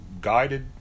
guided